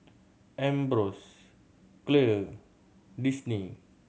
Ambros Clear Disney